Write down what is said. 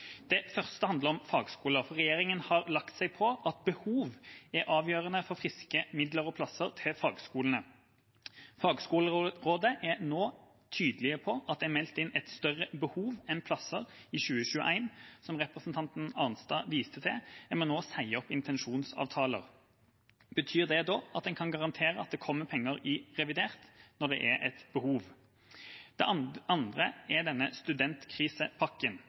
Det første handler om fagskoler. For regjeringa har lagt seg på at behov er avgjørende for friske midler og plasser til fagskolene. Fagskolerådet er nå tydelig på at det er meldt inn et større behov enn plasser i 2021, som representanten Arnstad viste til. En må nå si opp intensjonsavtaler. Betyr det da at en kan garantere at det kommer penger i revidert når det er et behov? Det andre er denne